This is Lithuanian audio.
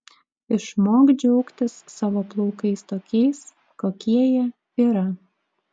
išmok džiaugtis savo plaukais tokiais kokie jie yra